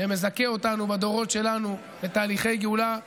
שמזכה אותנו בדורות שלנו בתהליכי גאולה נפלאים.